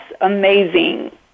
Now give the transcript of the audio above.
amazing